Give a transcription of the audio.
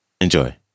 Enjoy